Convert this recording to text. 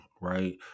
right